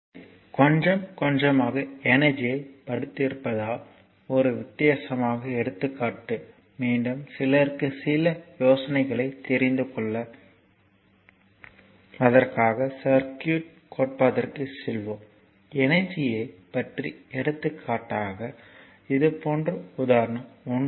எனவே கொஞ்சம் கொஞ்சமாக எனர்ஜியைப் படித்திருப்பதால் ஒரு வித்தியாசமான எடுத்துக்காட்டு மீண்டும் சிலருக்கு சில யோசனைகளைத் தெரிந்துகொள்வதற்காக சர்க்யூட் கோட்பாட்டிற்குச் செல்வோம் எனர்ஜியைப் பற்றி எடுத்துக்காட்டாக இது போன்ற உதாரணம் 1